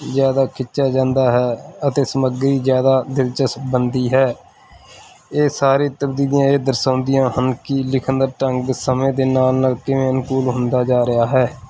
ਜ਼ਿਆਦਾ ਖਿੱਚਿਆ ਜਾਂਦਾ ਹੈ ਅਤੇ ਸਮੱਗਰੀ ਜ਼ਿਆਦਾ ਦਿਲਚਸਪ ਬਣਦੀ ਹੈ ਇਹ ਸਾਰੀ ਤਬਦੀਲੀਆਂ ਇਹ ਦਰਸਾਉਂਦੀਆਂ ਹਨ ਕਿ ਲਿਖਣ ਦਾ ਢੰਗ ਸਮੇਂ ਦੇ ਨਾਲ ਨਾਲ ਕਿਵੇਂ ਅਨੁਕੂਲ ਹੁੰਦਾ ਜਾ ਰਿਹਾ ਹੈ